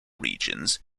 regions